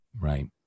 Right